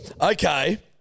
Okay